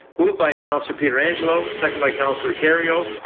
moved by counsellor pietrangelo. seconded by counsellor kerrio.